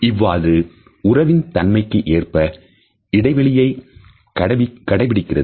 இவ்வாறு உறவின் தன்மைக்கு ஏற்ப இடைவெளியை கடைபிடிக்கப்படுகிறது